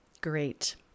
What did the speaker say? Great